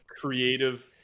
creative